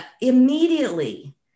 immediately